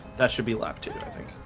that should be lactated. i think